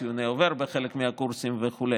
ציוני עובר בחלק מהקורסים וכו',